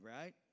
right